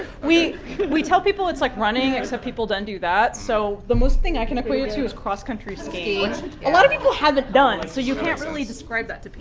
we we tell people it's like running, except people then do that. so the most thing i can equate it to is cross-country skiing. which a lot of people haven't done, so you can't really describe that to